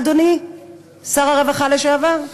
אדוני שר הרווחה לשעבר?